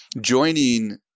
joining